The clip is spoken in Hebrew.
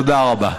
תודה רבה.